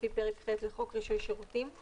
לפי פרק ח' לחוק רישוי שירותים,